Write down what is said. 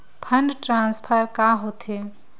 Fund transfer का होथे?